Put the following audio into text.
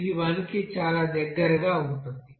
ఇది 1 కి చాలా దగ్గరగా ఉంటుంది